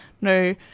No